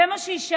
זה מה שיישאר.